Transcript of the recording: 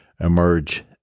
emerge